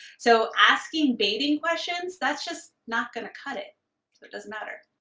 so asking baiting questions, that's just not gonna cut it. it doesn't matter.